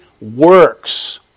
works